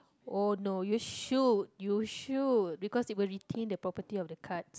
oh no you should you should because it will retain the property of the cards